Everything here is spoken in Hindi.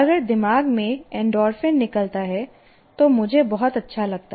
अगर दिमाग में एंडोर्फिन निकलता है तो मुझे बहुत अच्छा लगता है